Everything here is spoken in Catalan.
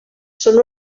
són